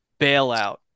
bailout